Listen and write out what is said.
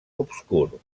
obscur